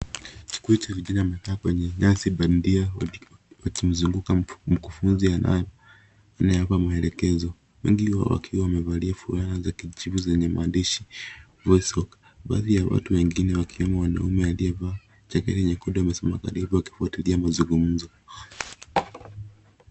Chukuo cha vijana wamekaa kwenye nyasi bandia, wakimzunguka mkufunzi anayewapa maelekezo. Wengi wao wakiwa wamevalia fulana za kijivu zenye maandishi voicebook . Baadhi ya watu wengine wakiwemo mwanamume aliyevaa koti nyekundu wamesimama karibu wakifuatilia mazungumzo.